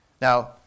Now